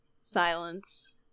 Silence